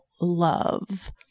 love